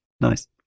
Nice